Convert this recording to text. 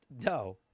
No